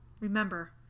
Remember